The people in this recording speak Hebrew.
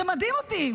זה מדהים אותי.